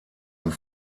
und